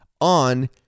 on